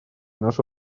наше